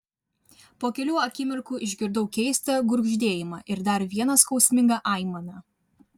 po kelių akimirkų išgirdau keistą gurgždėjimą ir dar vieną skausmingą aimaną